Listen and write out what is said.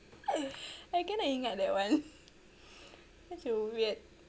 I cannot ingat that one such a weird